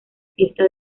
fiesta